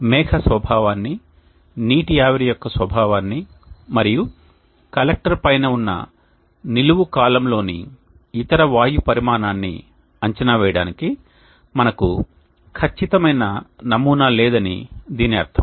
మేఘ స్వభావాన్ని నీటి ఆవిరి యొక్క స్వభావాన్ని మరియు కలెక్టర్ పైన ఉన్న నిలువు కాలమ్లోని ఇతర వాయు పరిమాణాన్ని అంచనా వేయడానికి మనకు ఖచ్చితమైన నమూనా లేదని దీని అర్థం